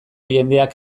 jendeak